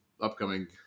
upcoming